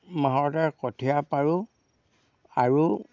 মাহতে কঠীয়া পাৰোঁ আৰু